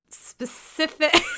specific